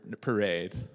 parade